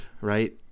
right